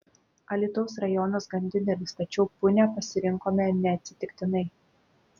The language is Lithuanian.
alytaus rajonas gan didelis tačiau punią pasirinkome neatsitiktinai